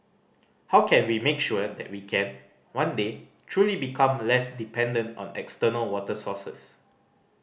how can we make sure that we can one day truly become less dependent on external water sources